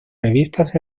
revistas